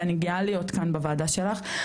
ואני גאה להיות כאן בוועדה שלך,